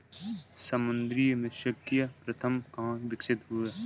समुद्री मत्स्यिकी सर्वप्रथम कहां विकसित हुई?